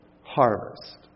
harvest